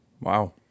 Wow